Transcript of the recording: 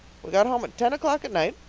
we got home at ten o'clock at night,